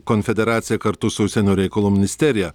konfederacija kartu su užsienio reikalų ministerija